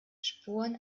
spuren